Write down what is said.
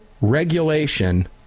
regulation